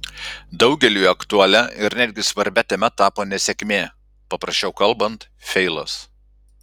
daugeliui aktualia ir netgi svarbia tema tapo nesėkmė paprasčiau kalbant feilas